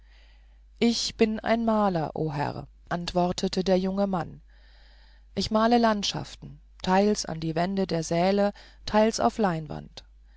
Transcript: ich bin ein maler o herr antwortete der junge mann ich male landschaften teils an die wände der säle teils auf leinwand